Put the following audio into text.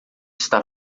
está